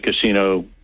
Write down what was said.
casino